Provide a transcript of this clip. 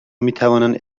میتوانند